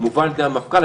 מובל על ידי המפכ"ל.